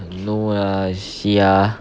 no ah you see ah